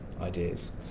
ideas